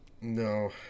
No